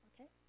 Okay